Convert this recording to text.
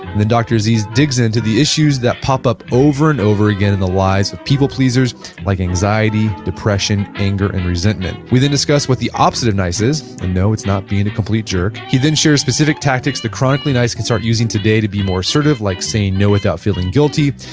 dr. aziz digs into the issues that pop up over and over again in the lives of people pleasers like anxiety, depression, anger, and resentment. we then discuss what the opposite of nice is and no it's not being a complete jerk. he then shares specific tactics the chronically nice can start using today to be more assertive like saying no without feeling guilty,